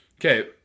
Okay